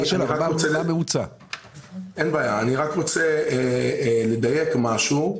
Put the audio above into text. אני רוצה לדייק משהו.